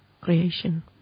creation